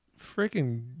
freaking